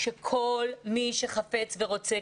שכל מי שחפץ ורוצה,